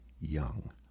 young